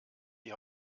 die